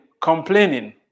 complaining